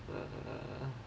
err